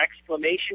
exclamation